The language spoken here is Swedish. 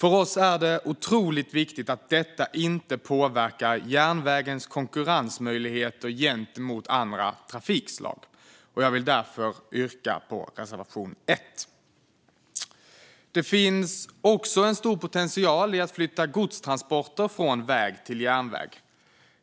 För oss är det otroligt viktigt att detta inte påverkar järnvägens konkurrensmöjligheter gentemot andra trafikslag. Och jag vill därför yrka bifall till reservation 1. Det finns också en stor potential i att flytta godstransporter från väg till järnväg.